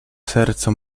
sercu